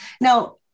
Now